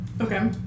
Okay